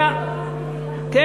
אחי גיבורי התהילה.